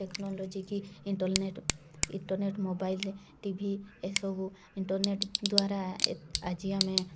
technology କି internet mobile TV ଏସବୁ internet ଦ୍ଵାରା ଆଜି ଆମେ